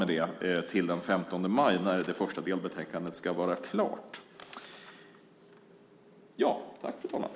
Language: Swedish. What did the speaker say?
Det första delbetänkandet ska vara klart till den 15 maj.